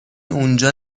اونجا